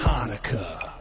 Hanukkah